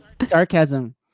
sarcasm